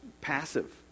passive